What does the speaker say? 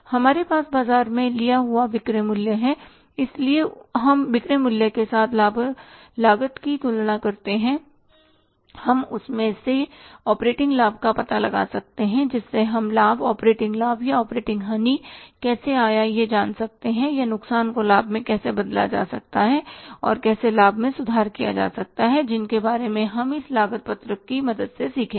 हमारे पास बाजार से लिया हुआ विक्रय मूल्य है इसलिए हम बिक्री मूल्य के साथ लागत की तुलना करते हैं हम उस से ऑपरेटिंग लाभ का पता लगा सकते हैं जिससे हम लाभ ऑपरेटिंग लाभ या ऑपरेटिंग हानि कैसे आया यह जान सकते हैं या नुकसान को लाभ में कैसे बदला जा सकता है और कैसे लाभ में सुधार किया जा सकता है जिनके बारे में हम इस लागत पत्रक की मदद से सीखेंगे